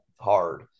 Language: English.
hard